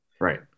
right